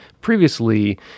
previously